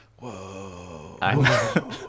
Whoa